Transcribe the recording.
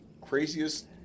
Craziest